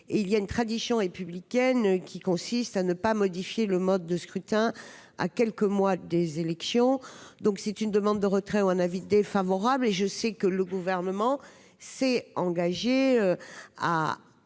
il y a une tradition et public and qui consiste à ne pas modifier le mode de scrutin, à quelques mois des élections, donc c'est une demande de retrait ou un avis défavorable et je sais que le gouvernement s'est engagé à